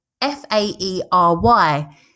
F-A-E-R-Y